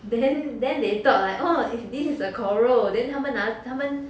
then then they thought like orh this is a coral then 他们拿他们